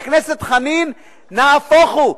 חבר הכנסת חנין, נהפוך הוא.